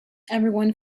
everyone